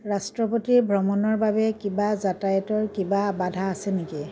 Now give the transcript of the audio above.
ৰাষ্ট্ৰপতি ভ্ৰমণৰ বাবে কিবা যাতায়তৰ কিবা বাধা আছে নেকি